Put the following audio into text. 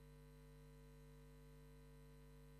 רבותי רבותי חברי הכנסת, תם סדר-היום.